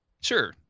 Sure